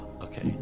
okay